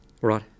Right